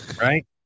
right